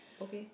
okay